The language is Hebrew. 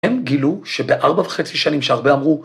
‫הם גילו שבארבע וחצי שנים ‫שהרבה אמרו...